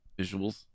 visuals